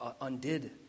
undid